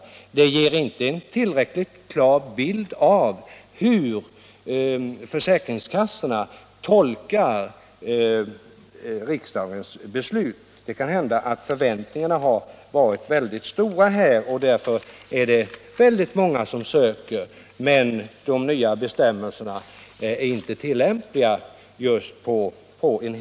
Statistiken ger därför inte en tillräckligt klar bild av hur försäkringskassorna tolkar riksdagens beslut. Det kan t.ex. hända att förväntningarna har varit väldigt stora och att många människor därför söker handikappersättning men att de nya bestämmelserna inte är tillämpliga på en hel del av fallen.